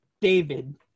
David